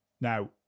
now